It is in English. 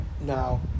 Now